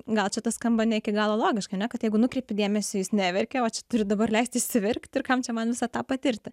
gal čia tas skamba ne iki galo logiška ar ne kad jeigu nukreipi dėmesį jis neverkia o čia turi dabar leisti išsiverkti ir kam čia man visą tą patirti